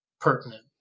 pertinent